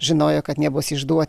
žinojo kad nebus išduo